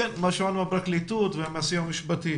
כן, זה גם מה ששמענו מהפרקליטות ומהסיוע המשפטי.